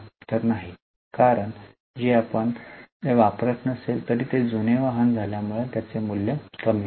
तर नाही कारण जरी आपण ते वापरत नसेल तरी ते जुने वाहन झाल्यामुळे त्याचे मूल्य कमी होते